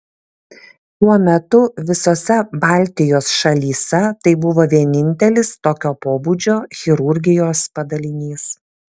tuo metu visose baltijos šalyse tai buvo vienintelis tokio pobūdžio chirurgijos padalinys